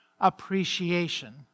appreciation